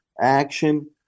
action